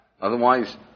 Otherwise